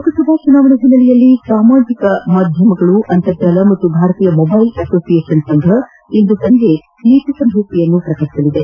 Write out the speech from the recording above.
ಲೋಕಸಭಾ ಚುನಾವಣೆಗಳ ಹಿನ್ನೆಲೆಯಲ್ಲಿ ಸಮಾಜಿಕ ಮಾಧ್ಯಮಗಳು ಅಂತರ್ಜಾಲ ಮತ್ತು ಭಾರತೀಯ ಮೊಬ್ನೆಲ್ ಅಸೋಸಿಯೇಷನ್ ಸಂಘ ಇಂದು ಸಂಜೆ ನೀತಿ ಸಂಹಿತೆಯನ್ನು ಪ್ರಕಟಿಸಲಿದೆ